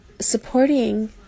supporting